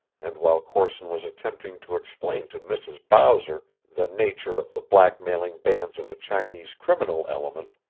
and while corson was attempting to explain to mrs. bowser the nature of the blackmailing bands of the chinese criminal element,